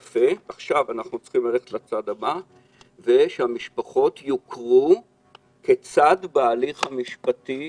עכשיו צריך לעשות את הצעד הבא ושהמשפחות יוכרו כצד בהליך המשפטי.